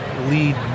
lead